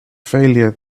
failure